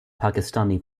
pakistani